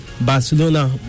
Barcelona